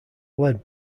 led